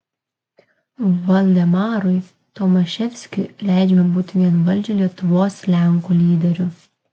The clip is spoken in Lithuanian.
valdemarui tomaševskiui leidžiama būti vienvaldžiui lietuvos lenkų lyderiu